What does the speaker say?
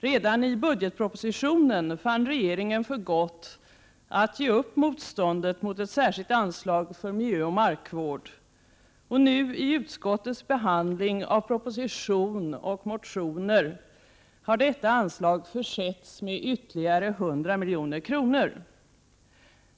Redan i budgetpropositionen fann regeringen för gott att ge upp 3 motståndet mot ett särskilt anslag för miljöoch markvård, och nu i utskottets behandling av proposition och motioner har detta anslag försetts med ytterligare 100 milj.kr.